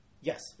Yes